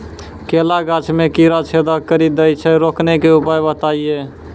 केला गाछ मे कीड़ा छेदा कड़ी दे छ रोकने के उपाय बताइए?